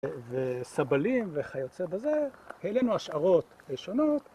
וסבלים וכיוצא בזה, העלנו השערות ראשונות